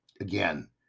Again